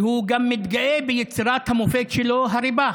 והוא גם מתגאה ביצירת המופת שלו, הריבה,